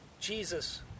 Jesus